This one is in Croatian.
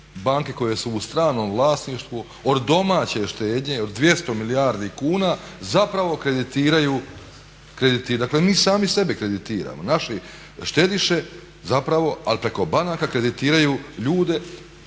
banke koje su u stranom vlasništvu od domaće štednje, od 200 milijardi kuna zapravo kreditiraju. Dakle, mi sami sebe kreditiramo, naši štediše zapravo, ali preko banaka kreditiraju ljude